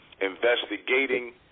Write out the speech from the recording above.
Investigating